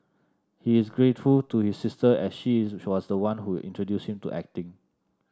he is grateful to his sister as she was the one who introduced him to acting